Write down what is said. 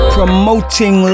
promoting